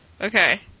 Okay